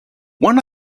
one